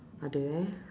are there